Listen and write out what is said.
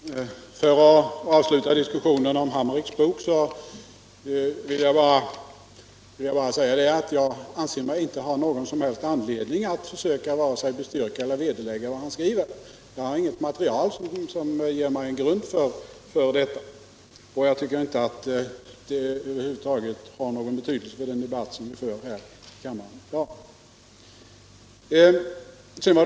Herr talman! För att avsluta diskussionen om Hammerichs bok vill jag bara säga att jag inte anser mig ha någon som helst anledning att försöka vare sig bestyrka eller vederlägga vad han skriver. Jag har inget material som ger mig grund för detta, och jag tycker inte att det över huvud taget har någon betydelse för den debatt som vi för här i kammaren i dag.